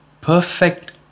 perfect